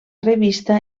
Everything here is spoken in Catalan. revista